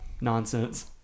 Nonsense